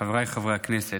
חבריי חברי הכנסת,